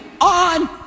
on